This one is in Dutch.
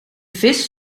vis